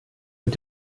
mit